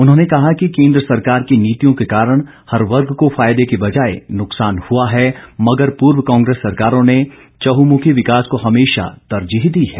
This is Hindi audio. उन्होंने कहा कि केन्द्र सरकार की नीतियों के कारण हर वर्ग को फायदे के बजाए नुकसान हुआ है मगर पूर्व कांग्रेस सरकारों ने चहमुखी विकास को हमेशा तरजीह दी है